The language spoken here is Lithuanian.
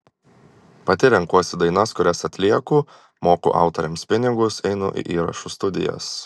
pati renkuosi dainas kurias atlieku moku autoriams pinigus einu į įrašų studijas